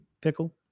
Pickle